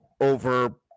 over